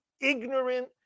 ignorant